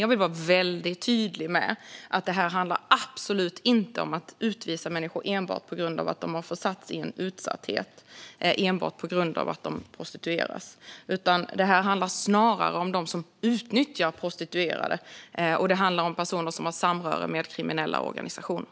Jag vill vara väldigt tydlig med att det absolut inte handlar om att utvisa människor enbart på grund av att de försatts i utsatthet enbart på grund av att de prostitueras. Det här handlar snarare om dem som utnyttjar prostituerade. Det handlar om personer som har samröre med kriminella organisationer.